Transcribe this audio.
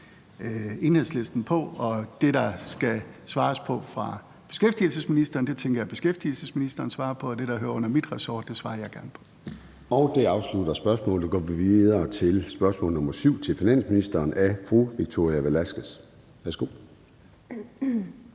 Enhedslisten om. Og det, der skal svares på fra beskæftigelsesministeren, tænker jeg at beskæftigelsesministeren svarer på, og det, der hører under mit ressort, svarer jeg gerne på. Kl. 13:45 Formanden (Søren Gade): Det afsluttede spørgsmålet. Vi går videre til næste spørgsmål, spørgsmål nr. 7, til finansministeren af Victoria Velasquez. Kl.